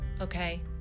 Okay